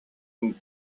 дьон